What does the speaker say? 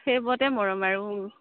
সেইবোৰতে মৰম আৰু